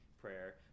prayer